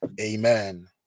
Amen